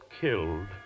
killed